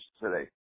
today